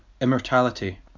immortality